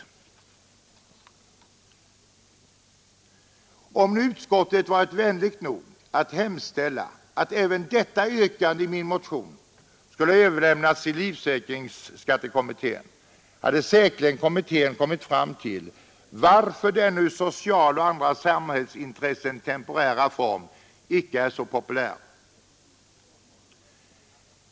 Om utskottet varit vänligt nog att hemställa att även detta yrkande i min motion skulle överlämnas till livfö ingsskattekommittén hade kommittén säkerligen kommit fram till varför den temporära ålderspensionen, som ur social synpunkt och andra samhällssynpunkter är så värdefull, inte är så populär.